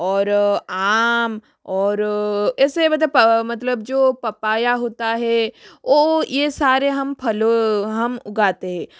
और आम और ऐसे मतलब मतलब जो पपाया होता है वो ये सारे हम फल हम उगाते है